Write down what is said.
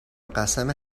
قسم